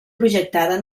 projectada